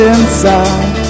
Inside